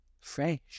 fresh